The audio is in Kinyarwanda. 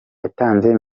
yatanze